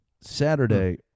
Saturday